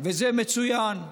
וזה מצוין.